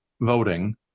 voting